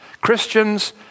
Christians